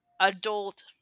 adult